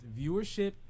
viewership